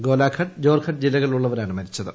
ഗോലാഘട്ട് ജോർഹട്ട് ജില്ലകളിലുള്ളവരാണ് മരിച്ചത്